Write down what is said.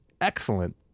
excellent